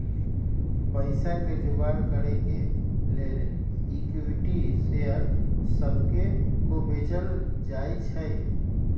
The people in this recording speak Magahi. पईसा के जोगार करे के लेल इक्विटी शेयर सभके को बेचल जाइ छइ